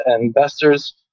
investors